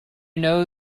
know